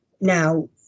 Now